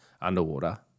underwater